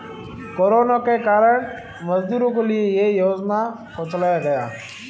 corona के कारण मजदूरों के लिए ये योजना को चलाया गया